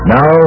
Now